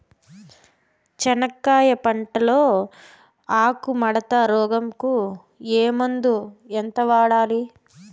చెనక్కాయ పంట లో ఆకు ముడత రోగం కు ఏ మందు ఎంత వాడాలి?